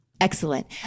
Excellent